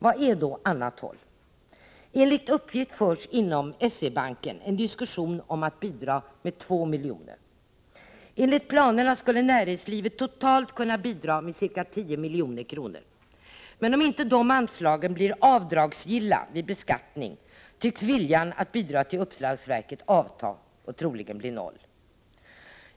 Vad är då annat håll? Enligt uppgift förs inom SE-Banken en diskussion om att bidra med 2 miljoner. Enligt planerna skulle näringslivet totalt kunna bidra med ca 10 miljoner, men om inte dessa anslag blir avdragsgilla vid beskattning tycks viljan att bidra till uppslagsverket avta och troligen bli noll.